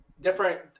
different